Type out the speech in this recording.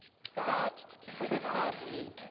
scott swetkowski.